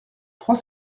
trois